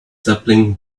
sapling